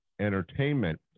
entertainment